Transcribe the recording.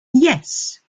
yes